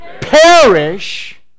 perish